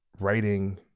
writing